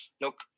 look